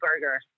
burger